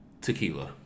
tequila